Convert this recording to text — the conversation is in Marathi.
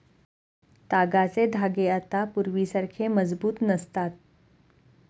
तागाचे धागे आता पूर्वीसारखे मजबूत नसतात